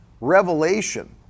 revelation